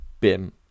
BIM